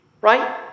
right